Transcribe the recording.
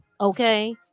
Okay